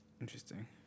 Interesting